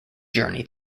journey